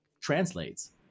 translates